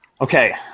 Okay